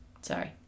Sorry